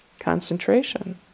concentration